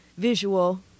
Visual